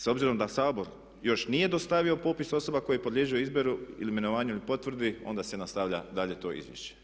S obzirom da Sabor još nije dostavio popis osoba koje podliježu izboru, imenovanju ili potvrdi onda se nastavlja dalje to izvješće.